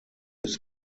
his